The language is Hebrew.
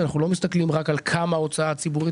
אנחנו לא מסתכלים רק על כמה הוצאה ציבורית